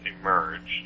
emerged